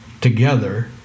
together